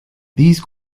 these